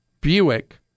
Buick